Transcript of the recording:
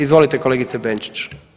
Izvolite kolegice Benčić.